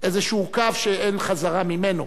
שאין חזרה ממנו.